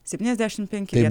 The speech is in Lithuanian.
septyniasdešimt penki